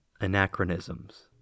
anachronisms